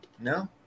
no